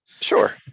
sure